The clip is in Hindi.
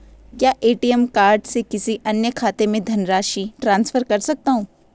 क्या ए.टी.एम कार्ड से किसी अन्य खाते में धनराशि ट्रांसफर कर सकता हूँ?